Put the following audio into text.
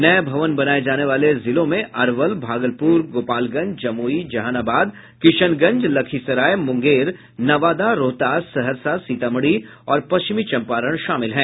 नये भवन बनाये जाने वाले जिलों में अरवल भागलपुर गोपालगंज जमुई जहानाबाद किशनगंज लखीसराय मुंगेर नवादा रोहतास सहरसा सीतामढ़ी और पश्चिमी चंपारण शामिल हैं